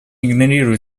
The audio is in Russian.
игнорируют